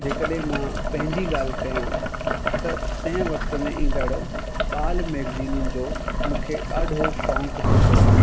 जेकॾहिं मां पंहिंजी ॻाल्हि कयां त तंहिं वक़्त में ईंदड़ु बाल मैगज़ीनियुनि जो मूंखे ॾाढो शौक़ु हूंदो हुओ